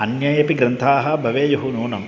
अन्येपि ग्रन्थाः भवेयुः नूनम्